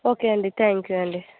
okay అండి thank you అండి